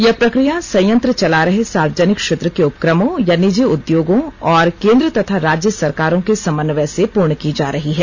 यह प्रक्रिया संयंत्र चला रहे सार्वजनिक क्षेत्र के उपक्रमों या निजी उद्योगों और केन्द्र तथा राज्य सरकारों के समन्वय से पूर्ण की जा रही है